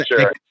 sure